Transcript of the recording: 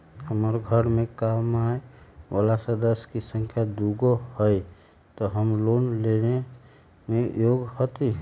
हमार घर मैं कमाए वाला सदस्य की संख्या दुगो हाई त हम लोन लेने में योग्य हती?